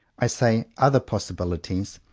i say other possibilities,